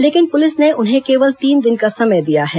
लेकिन पुलिस ने उन्हें केवल तीन दिन का समय दिया है